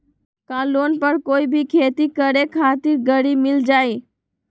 का लोन पर कोई भी खेती करें खातिर गरी मिल जाइ?